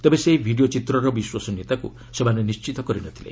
ତେବେ ସେହି ଭିଡ଼ିଓ ଚିତ୍ରର ବିଶ୍ୱସନୀୟତାକୁ ସେମାନେ ନିଶ୍ଚିତ କରିନଥିଲେ